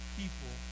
people